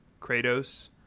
Kratos